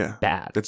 bad